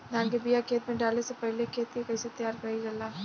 धान के बिया खेत में डाले से पहले खेत के कइसे तैयार कइल जाला?